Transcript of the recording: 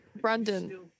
Brandon